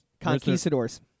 Conquistadors